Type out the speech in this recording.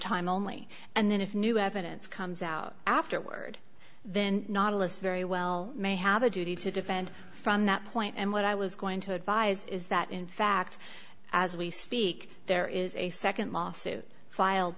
time only and then if new evidence comes out afterward then novelists very well may have a duty to defend from that point and what i was going to advise is that in fact as we speak there is a nd lawsuit filed